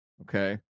okay